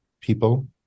people